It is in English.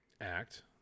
act